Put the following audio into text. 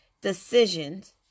decisions